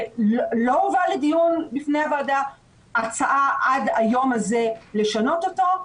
שלא הובאה לדיון בפני הוועדה הצעה עד היום הזה לשנות אותו,